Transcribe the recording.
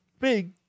big